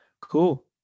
Cool